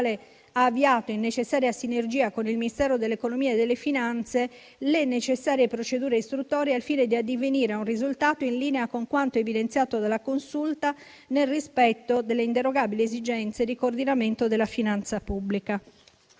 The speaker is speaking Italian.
ha avviato, in necessaria sinergia con il Ministero dell'economia e delle finanze, le necessarie procedure istruttorie al fine di addivenire a un risultato in linea con quanto evidenziato dalla Consulta, nel rispetto delle inderogabili esigenze di coordinamento della finanza pubblica.